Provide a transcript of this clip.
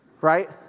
right